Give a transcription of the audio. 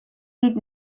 read